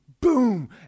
boom